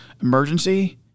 emergency